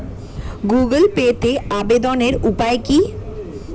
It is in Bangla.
গুগোল পেতে আবেদনের উপায় কি?